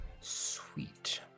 sweet